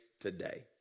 today